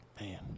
man